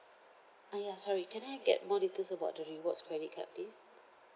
uh ya sorry can I get more details about the rewards credit card please